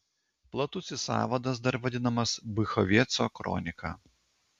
platusis sąvadas dar vadinamas bychoveco kronika